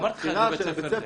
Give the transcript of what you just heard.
הבחירה של בית ספר